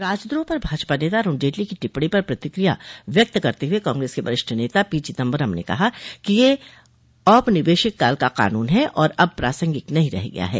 राजद्रोह पर भाजपा नेता अरूण जेटली की टिप्पणी पर प्रतिक्रिया व्यक्त करते हुए कांग्रेस के वरिष्ठ नेता पी चिदम्बरम ने कहा कि यह औपनिवेशिक काल का कानून है और अब प्रासंगिक नहीं रह गया है